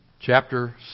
chapter